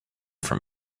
from